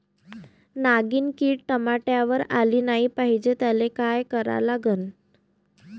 नागिन किड टमाट्यावर आली नाही पाहिजे त्याले काय करा लागन?